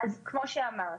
כפי שאמרתי,